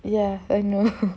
ya I know